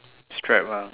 strap lah